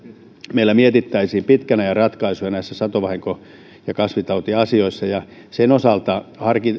meillä mietittäisiin pitkän ajan ratkaisuja näissä satovahinko ja kasvitautiasioissa sen osalta